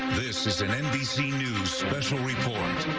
this is an nbc news special report.